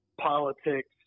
politics